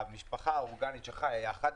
המשפחה האורגנית ביחד,